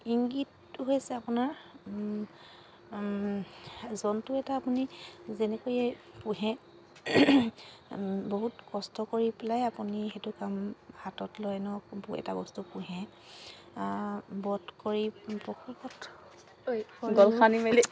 ইংগিত হৈছে আপোনাৰ জন্তু এটা আপুনি যেনেকৈয়ে পোহে বহুত কষ্ট কৰি পেলাই আপুনি সেইটো কাম হাতত লয় ন এটা বস্তু পোহে বধ কৰি